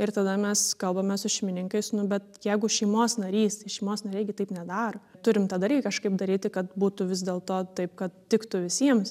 ir tada mes kalbame su šeimininkais nu bet jeigu šeimos narys tai šeimos nariai gi taip nedaro turim tą dar irgi kažkaip daryti kad būtų vis dėlto taip kad tiktų visiems